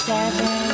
Seven